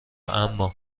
اما